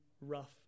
rough